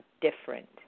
different